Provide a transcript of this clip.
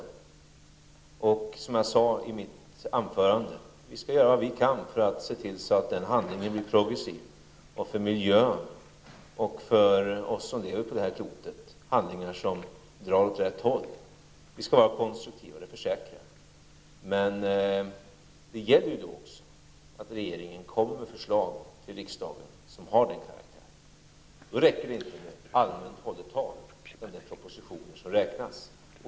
Precis som jag sade i mitt anförande, skall vi göra vad vi kan för att den handlingen skall bli progressiv för miljön och för oss som lever på det här klotet, en handling som drar åt rätt håll. Vi skall vara konstruktiva, det försäkrar jag. Men det gäller att regeringen kommer med förslag till riksdagen som har den karaktären. Då räcker det inte med allmänt hållet talutan det är propositionen som räknas.